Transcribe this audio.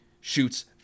shoots